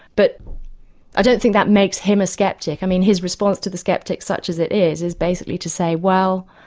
but i don't think that makes him a sceptic. i mean his response to the sceptics, such as it is, is basically to say, well,